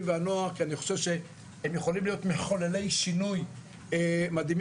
והנוער כי אני חושב שהם יכולים להיות מחוללי שינוי מדהימים.